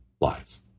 lives